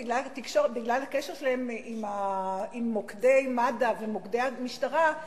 בגלל הקשר שלהם עם מוקדי מד"א ומוקדי המשטרה,